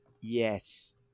Yes